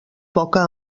poca